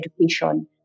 education